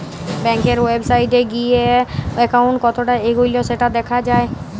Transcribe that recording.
ব্যাংকের ওয়েবসাইটে গিএ একাউন্ট কতটা এগল্য সেটা দ্যাখা যায়